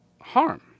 harm